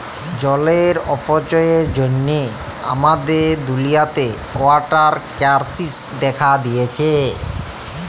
জলের অপচয়ের জ্যনহে আমাদের দুলিয়াতে ওয়াটার কেরাইসিস্ দ্যাখা দিঁয়েছে